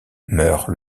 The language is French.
meurt